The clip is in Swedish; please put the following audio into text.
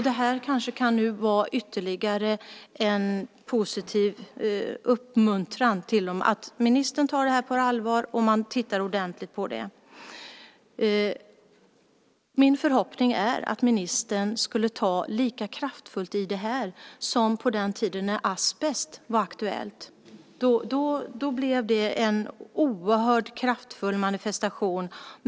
Det kanske kan vara en ytterligare uppmuntran till dem att ministern tar det här på allvar och att man tittar ordentligt på det. Min förhoppning är att ministern tar tag i detta lika kraftfullt som man gjorde på den tiden när asbest var aktuellt. Det blev en oerhört kraftig manifestation.